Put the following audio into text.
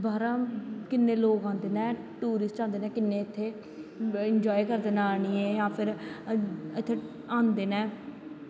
बाह्रा दा किन्ने लोग आंदे न टुरिस्ट आंदेनै किन्ने इत्थै इंजाए करदे न आनियैं जां फिर इत्थै आंदे न